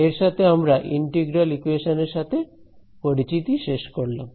এর সাথে আমরা ইন্টিগ্রাল ইকুয়েশন এর সাথে পরিচিতি শেষ করলাম